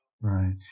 Right